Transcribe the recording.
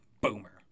Boomer